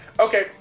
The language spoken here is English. Okay